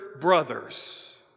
brothers